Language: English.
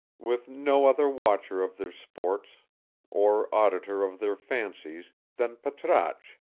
with no other watcher of their sports or auditor of their fancies than patrasche,